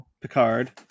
picard